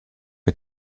est